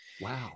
Wow